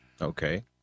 Okay